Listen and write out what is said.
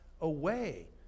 away